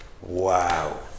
Wow